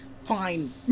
Fine